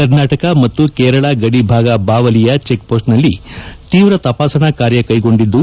ಕರ್ನಾಟಕ ಮತ್ತು ಕೇರಳ ಗಡಿಭಾಗ ಬಾವಲಿಯ ಚೆಕ್ ಪೋಸ್ಟ್ ನಲ್ಲಿ ತೀವ್ರ ತಪಾಸಣಾ ಕಾರ್ಯ ಕೈಗೊಂಡಿದ್ದು